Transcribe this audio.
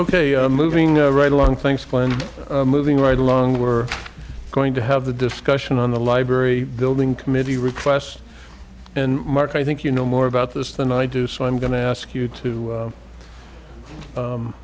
ok moving right along thanks glenn moving right along we're going to have a discussion on the library building committee request and mark i think you know more about this than i do so i'm going to ask you to